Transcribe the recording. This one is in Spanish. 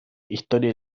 historia